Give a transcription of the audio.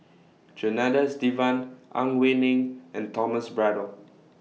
Janadas Devan Ang Wei Neng and Thomas Braddell